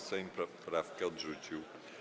Sejm poprawkę odrzucił.